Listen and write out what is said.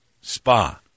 spa